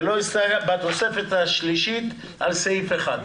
לא היו הסתייגויות לתוספת השלישית לסעיף (1).